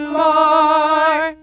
more